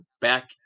back